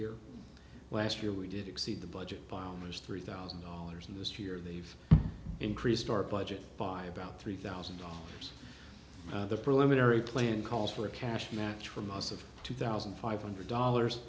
year last year we did exceed the budget by almost three thousand dollars in this year they've increased our budget by about three thousand dollars the preliminary plan calls for cash match for most of two thousand five hundred dollars